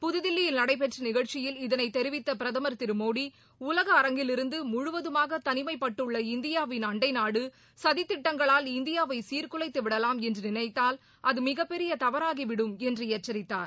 புதுதில்லியில் நடைபெற்ற நிகழக்சியில் இதனை தெரிவித்த பிரதமர் திரு மோடி உலக அரங்கிலிருந்து முழுவதமாக தனிமைப்பட்டுள்ள இந்தியாவின் அண்டைநாடு சதித்திட்டங்களால் இந்தியாவை சீர்குலைத்து விடலாம் என்று நினைத்தால் அது மிகப்பெரிய தவறாகி விடும் என்று எச்சரித்தார்